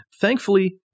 Thankfully